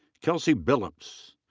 kelsey billups.